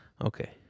Okay